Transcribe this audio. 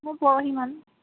মোৰ পৰহিমান